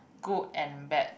good and bad